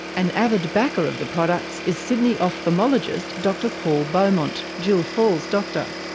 an avid backer of the products is sydney ophthalmologist dr paul beaumont, jill falls' doctor.